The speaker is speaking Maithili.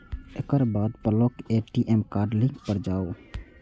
एकर बाद ब्लॉक ए.टी.एम कार्ड लिंक पर जाउ